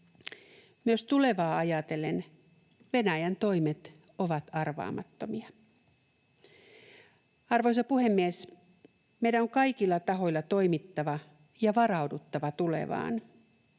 Myös tulevaa ajatellen Venäjän toimet ovat arvaamattomia. Arvoisa puhemies! Meidän on kaikilla tahoilla toimittava ja varauduttava tulevaan.